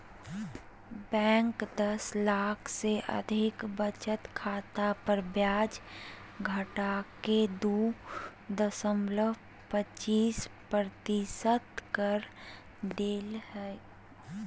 bank दस लाख से अधिक बचत खाता पर ब्याज घटाके दू दशमलब पचासी प्रतिशत कर देल कय